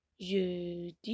Jeudi